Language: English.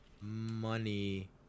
money